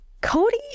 Cody